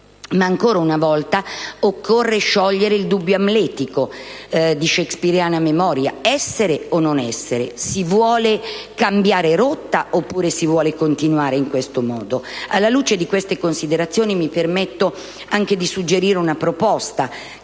Ma ancora una volta occorre sciogliere il dubbio amletico di shakespeariana memoria «essere o non essere»: si vuole cambiare rotta oppure si vuole continuare in questo modo?